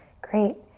great,